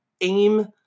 AIM